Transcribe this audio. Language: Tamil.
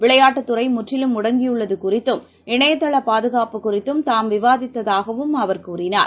விளையாட்டுத்துறைமுற்றிலும் முடங்கியுள்ளதுகுறித்தும் இணையதளபாதுகாப்பு குறித்தும் தாம் விவாதித்ததாகவும் அவர் தெரிவித்துள்ளார்